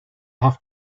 have